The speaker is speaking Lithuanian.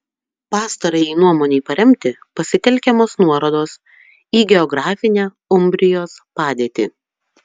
pastarajai nuomonei paremti pasitelkiamos nuorodos į geografinę umbrijos padėtį